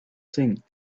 thing